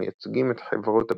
המייצגים את חברות הביטוח,